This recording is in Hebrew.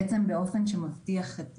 בעצם באופן שמבטיח את